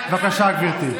בבקשה, גברתי.